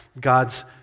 God's